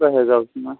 रहेगा उस में